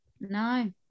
No